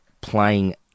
playing